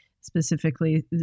specifically